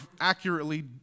accurately